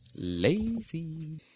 Lazy